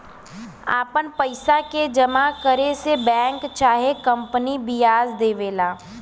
आपन पइसा के जमा करे से बैंक चाहे कंपनी बियाज देवेला